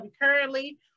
currently